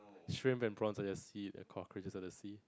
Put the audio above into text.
she remember prawns at the sea a cockroach is in the sea